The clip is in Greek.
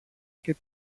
και